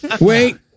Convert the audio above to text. wait